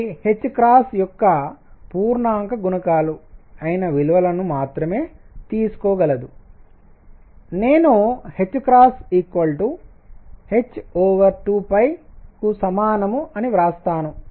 ఇది ℏ యొక్క పూర్ణాంక గుణకాలు అయిన విలువలను మాత్రమే తీసుకోగలదు నేను ℏ h ప్లాంక్ స్థిరాంకం 2 కు సమానం అని వ్రాస్తాను